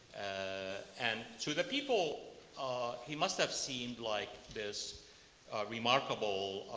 ah and to the people he must have seemed like this remarkable